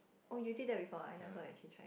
oh you did that before I never actually actually tried